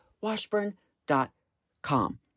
Washburn.com